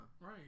right